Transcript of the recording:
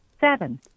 Seven